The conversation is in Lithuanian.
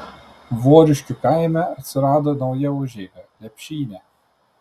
voriškių kaime atsirado nauja užeiga lepšynė